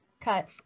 cut